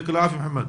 בבקשה, מוחמד.